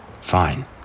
Fine